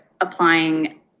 applying